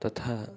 तथा